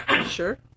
Sure